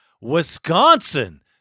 Wisconsin